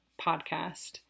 podcast